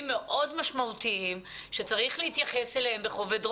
מאוד משמעותיים שצריך להתייחס אליהם בכובד ראש.